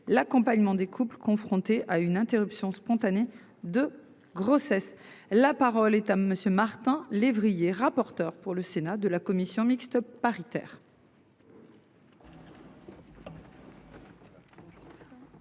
l'accompagnement des couples confrontés à une interruption spontanée de grossesse. La parole est à monsieur Martin lévrier rapporteur pour le Sénat de la commission mixte paritaire.